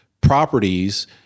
properties